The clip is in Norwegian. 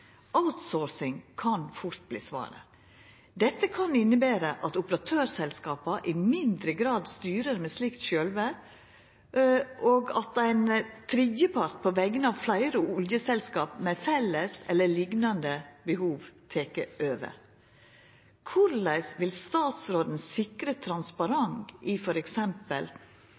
kan fort verta svaret. Dette kan innebera at operatørselskapa i mindre grad styrer med slikt sjølve, og at ein tredjepart på vegner av fleire oljeselskap med felles eller liknande behov tek over. Korleis vil statsråden sikra transparens i